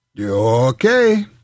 Okay